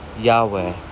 Yahweh